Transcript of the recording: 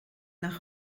nach